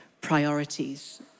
priorities